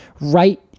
right